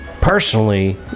personally